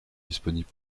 disponible